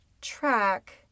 track